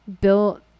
built